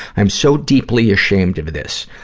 i'm so deeply ashamed of this.